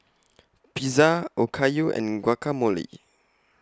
Pizza Okayu and Guacamole